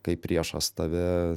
kai priešas tave